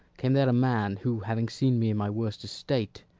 came there a man who, having seen me in my worst estate,